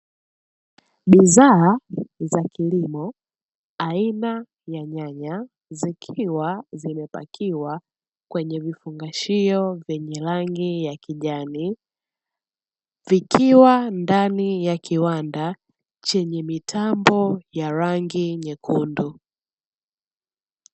Bidhaa za kilimo aina ya nyanya zikiwa zimepakiwa kwenye vifungashiO vyenye rangi ya kijani vikiwa ndani ya kiwanda chenye mitambo ya rangi nyekundu.